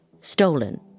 stolen